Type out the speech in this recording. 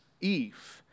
Eve